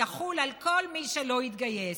יחול על כל מי שלא יתגייס.